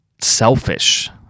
selfish